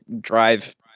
drive